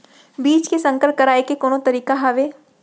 बीज के संकर कराय के कोनो तरीका हावय?